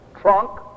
Trunk